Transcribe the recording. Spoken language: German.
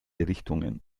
richtungen